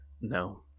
No